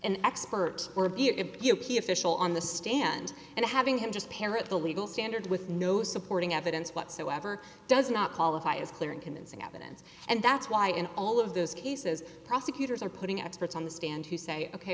an expert or be a key official on the stand and having him just parrot the legal standard with no supporting evidence whatsoever does not qualify as clear and convincing evidence and that's why in all of those cases prosecutors are putting experts on the stand who say ok